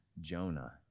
Jonah